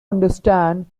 understand